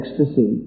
ecstasy